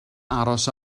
aros